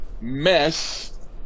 mess